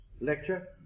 lecture